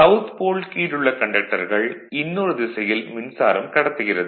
south pole கீழுள்ள கண்டக்டர்கள் இன்னொரு திசையில் மின்சாரம் கடத்துகிறது